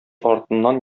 артыннан